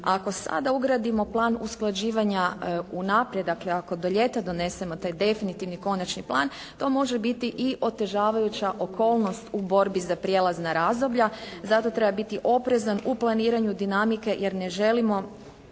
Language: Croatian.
Ako sada ugradimo plan usklađivanja unaprijed, dakle ako do ljeta donesemo taj definitivni konačni plan, to može biti i otežavajuća okolnost u borbi za prijelazna razdoblja, zato treba biti oprezan u planiranju dinamike jer ne želimo